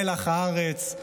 מלח הארץ,